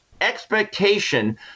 expectation